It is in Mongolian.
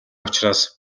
учраас